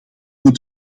moet